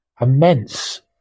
immense